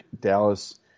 Dallas